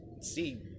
See